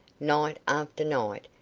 night after night,